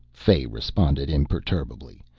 fay responded imperturbably,